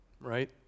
Right